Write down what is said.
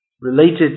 related